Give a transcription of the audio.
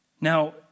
Now